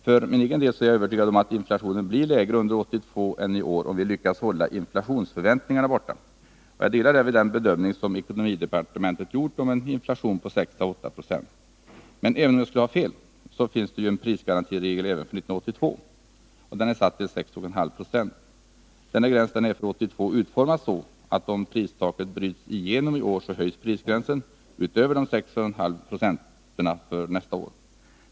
För min egen del är jag övertygad om att inflationen blir lägre under 1982 än i år om vi lyckas hålla inflationsförväntningarna borta. Jag delar därvid den bedömning som ekonomidepartementet gjort om en inflation på 6 å 8 96. Men även om jag skulle ha fel, så finns det ju en prisgarantiregel även för 1982. Den är satt till 6,5 260. Denna gräns är för 1982 utformad så att om pristaket bryts igenom i år, så höjs prisgränsen utöver de 6,5 procenten för nästa år.